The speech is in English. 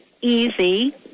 Easy